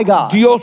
God